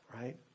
right